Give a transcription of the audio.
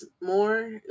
more